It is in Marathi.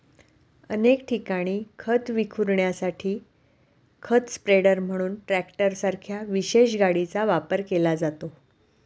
अनेक ठिकाणी खत विखुरण्यासाठी खत स्प्रेडर म्हणून ट्रॅक्टरसारख्या विशेष गाडीचा वापर केला जातो